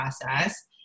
process